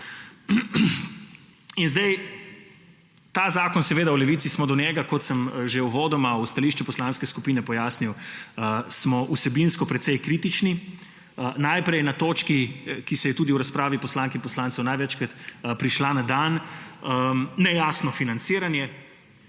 tudi realizirale. V Levici smo do tega zakona, kot sem že uvodoma v stališču poslanske skupine pojasnil, vsebinsko precej kritični. Najprej na točki, ki je tudi v razpravi poslank in poslancev največkrat prišla na dan; nejasno financiranje